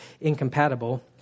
incompatible